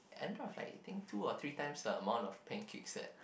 and the thought of like eating two or three times the amount of pancakes that